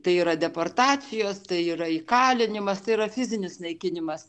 tai yra deportacijos tai yra įkalinimas tai yra fizinis naikinimas